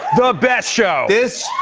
the best show. yeah,